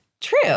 True